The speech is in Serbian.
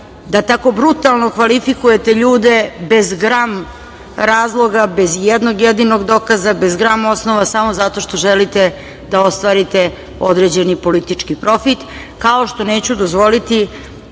da tako brutalno kvalifikujete ljude bez gram razloga, bez i jednog jedinog dokaza, bez gram osnova samo zato što želite da ostvarite određeni politički profit, kao što neću dozvoliti